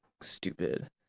stupid